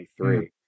23